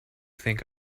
think